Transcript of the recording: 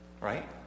Right